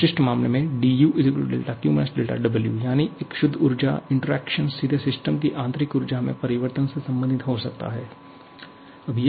उस विशिष्ट मामले में dU δQ - δW यानी एक शुद्ध ऊर्जा इंटरैक्शन सीधे सिस्टम की आंतरिक ऊर्जा में परिवर्तन से संबंधित हो सकता है